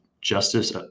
justice